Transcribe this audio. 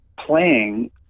playing